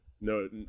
no